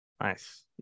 Nice